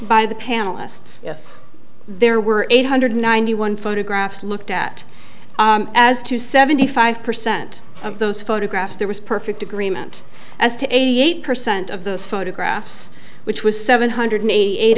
by the panelists if there were eight hundred ninety one photographs looked at as to seventy five percent of those photographs there was perfect agreement as to eighty eight percent of those photographs which was seven hundred eighty eight